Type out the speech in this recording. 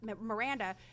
Miranda